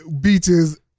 beaches